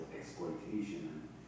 exploitation